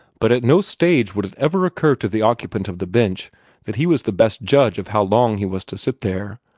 but at no stage would it ever occur to the occupant of the bench that he was the best judge of how long he was to sit there,